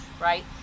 right